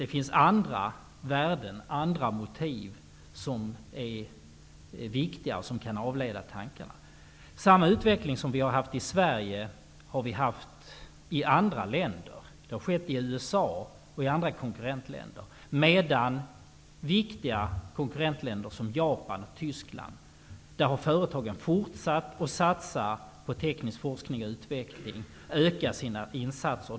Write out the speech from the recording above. Det finns andra värden och motiv som är viktigare och som kan avleda tankarna. Samma utveckling som vi har haft i Sverige har ägt rum i andra länder. Det gäller bl.a. i USA och i andra konkurrentländer. Men i viktiga konkurrentländer som Japan och Tyskland har företagen fortsatt att satsa på teknisk forskning och utveckling och har ökat sina insatser.